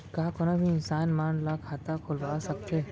का कोनो भी इंसान मन ला खाता खुलवा सकथे?